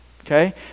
Okay